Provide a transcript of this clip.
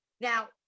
Now